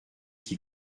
qui